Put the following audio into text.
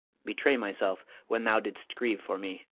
betray myself when thou didst grieve for me.